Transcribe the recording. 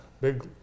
big